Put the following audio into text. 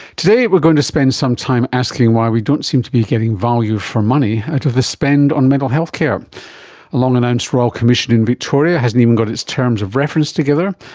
today we're going to spend some time asking why we don't seem to be getting value for money out of the spend on mental health care. a long announced royal commission in victoria hasn't even got its terms of reference together,